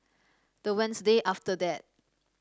the Wednesday after that